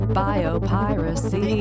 biopiracy